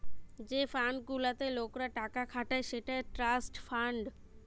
যে ফান্ড গুলাতে লোকরা টাকা খাটায় সেটা ট্রাস্ট ফান্ড